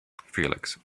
felix